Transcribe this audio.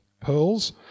Pearls